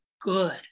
good